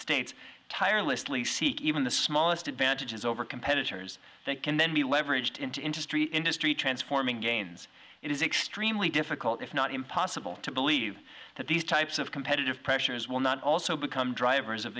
states tirelessly seek even the smallest advantages over competitors that can then be leveraged into industry industry transforming gains it is extremely difficult if not impossible to believe that these types of competitive pressures will not also become drivers of